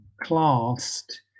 classed